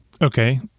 Okay